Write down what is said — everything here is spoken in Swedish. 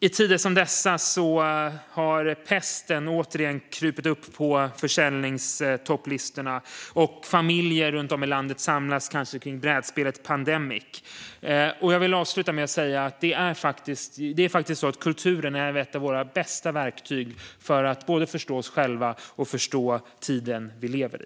I tider som dessa har Pesten återigen krupit upp på försäljningstopplistorna, och familjer runt om i landet samlas kanske kring brädspelet Pandemic. Jag vill avsluta med att säga att kulturen faktiskt är ett av våra bästa verktyg för att förstå oss själva och förstå den tid vi lever i.